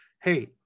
hey